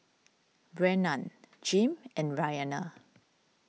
Brennan Jim and Rianna